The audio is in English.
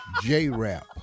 J-Rap